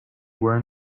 were